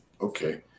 okay